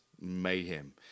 mayhem